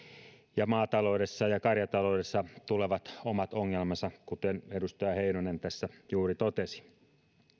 ja maataloudessa ja karjataloudessa tulevat omat ongelmansa kuten edustaja heinonen tässä juuri totesi